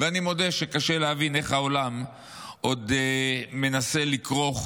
אני מודה שקשה להבין איך העולם עוד מנסה לכרוך